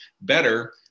better